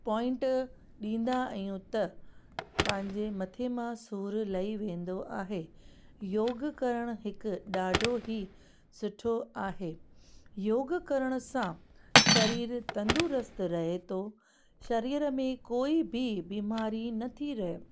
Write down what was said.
point ॾींदा आहियूं त पंहिंजे मथे मां सूरु लही वेंदो आहे योग करणु हिकु ॾाढो ई सुठो आहे योग करण सां शरीरु तंदुरस्त रहे थो शरीर में कोई बि बीमारी नथी रहे